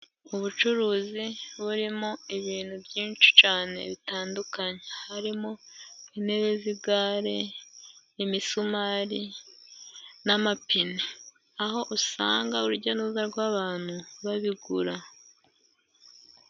Ubucuruzi burimo ibintu byinshi cyane bitandukanye harimo intebe z'igare, imisumari n'amapine aho usanga urujya n'uruza rw'abantu babigura.